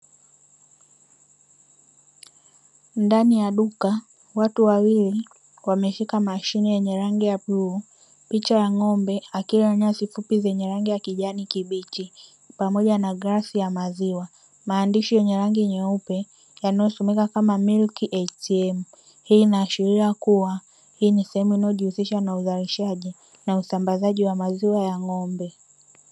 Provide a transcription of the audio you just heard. Ndani ya duka; watu wawili wameshika mashine yenye rangi ya bluu, picha ya ng'ombe akila nyasi fupi zenye rangi ya kijani kibichi, pamoja na glasi ya maziwa, maandishi yenye rangi nyeupe yanayosomeka kama "MILK ATM". Hii inaashiria kuwa hii ni sehemu inayojihusisha na uzalishaji na usambazaji wa maziwa ya ng'ombe.